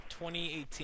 2018